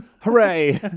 hooray